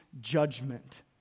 judgment